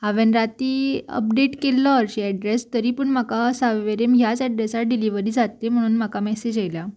हांवें राती अपडेट केल्लो अरशी एड्रेस तरी पूण म्हाका सावेरेन ह्याच एड्रेसार डिलिव्हरी जातली म्हणून म्हाका मॅसेज येयल्या